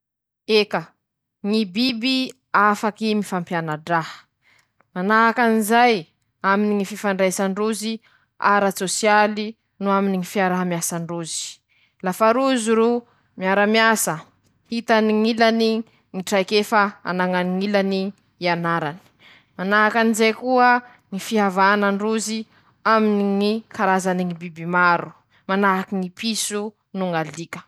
<...>Reto aby moa ñy toetsy tsy manam-paharoe anañany ñy sokaky: -Ñy fanañany ñy holim-bata matanjake ro hiarovany ñ'ainy, Manahaky anizay ñy fanaovany fihetsiky miada ro mahazatsy azy, -Ñy fahareta anañany ro fahaiza mametrapetraky aminy ñy fiaiñany, -Manahaky anizay koa ñy fañarahany maso aminy ñy loza mety ahazo azy na ñy loza mety ho avy, -Manahaky anizay koa ñy fomba fihinanany noho fiaiñany aminy tany toy.<...>